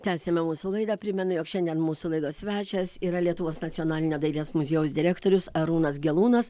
tęsiame mūsų laidą primenu jog šiandien mūsų laidos svečias yra lietuvos nacionalinio dailės muziejaus direktorius arūnas gelūnas